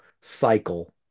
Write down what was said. cycle